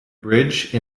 bridge